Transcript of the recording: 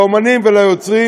לאמנים וליוצרים,